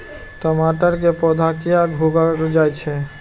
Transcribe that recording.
टमाटर के पौधा किया घुकर जायछे?